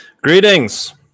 Greetings